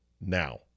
now